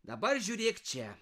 dabar žiūrėk čia